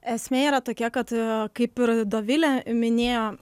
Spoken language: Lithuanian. esmė yra tokia kad kaip ir dovilė minėjo